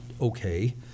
okay